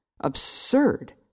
absurd